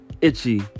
itchy